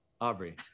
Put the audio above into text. Aubrey